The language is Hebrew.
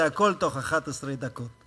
והכול בתוך 11 דקות.